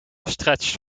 stretch